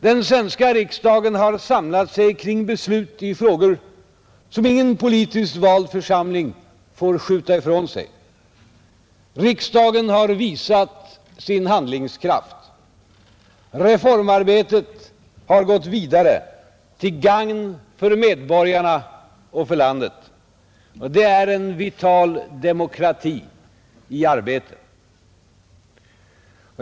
Den svenska riksdagen har samlat sig kring beslut i frågor som ingen politiskt vald församling får skjuta ifrån sig. Riksdagen har visat sin handlingskraft. Reformarbetet har gått vidare, till gagn för medborgarna och för landet. Det är en vital demokrati i arbete.